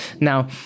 Now